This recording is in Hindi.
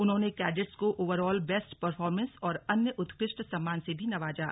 उन्होंने कैडेट्स को ओवरऑल बेस्ट परफॉरमेंस और अन्य उत्कृष्ट सम्मान से भी नवाजा